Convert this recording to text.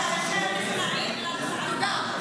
תודה.